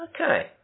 Okay